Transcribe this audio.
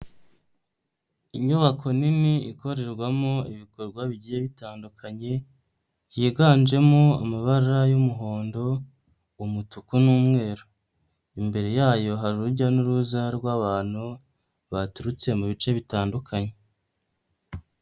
Inyubako nini ikorerwamo ibikorwa bigiye bitandukanye, higanjemo amabara y'umuhondo, umutuku n'umweru, imbere yayo hari urujya n'uruza rw'abantu baturutse mu bice bitandukanye.